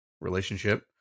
relationship